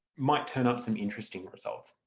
might turn up some interesting results.